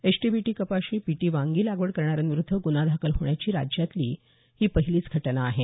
HT BT कपाशी BT वांगी लागवड करणाऱ्यांविरुद्ध गुन्हा दाखल होण्याची राज्यातील ही पहिलीच घटना आहे